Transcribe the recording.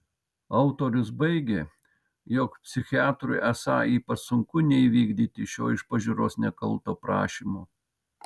autorius baigia jog psichiatrui esą ypač sunku neįvykdyti šio iš pažiūros nekalto prašymo